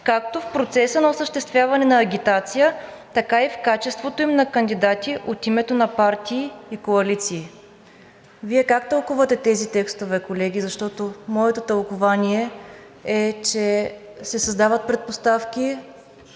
както в процеса на осъществяване на агитация, така и в качеството им на кандидати от името на партии и коалиции.“ Вие как тълкувате тези текстове, колеги, защото моето тълкувание е, че се създават предпоставки